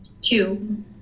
Two